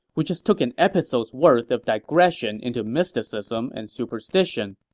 we just took an episode's worth of digression into mysticism and superstition.